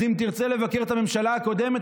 אז אם תרצה לבקר את הממשלה הקודמת,